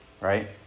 right